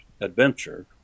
adventure